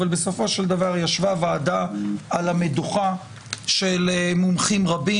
אבל בסופו של דבר ישבה על המדוכה ועדה של מומחים רבים.